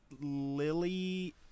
Lily